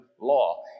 law